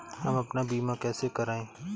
हम अपना बीमा कैसे कराए?